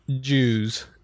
Jews